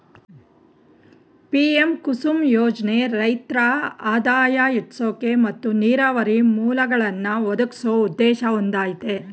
PM Kusum ಯೋಜ್ನೆ ರೈತ್ರ ಆದಾಯ ಹೆಚ್ಸೋಕೆ ಮತ್ತು ನೀರಾವರಿ ಮೂಲ್ಗಳನ್ನಾ ಒದಗ್ಸೋ ಉದ್ದೇಶ ಹೊಂದಯ್ತೆ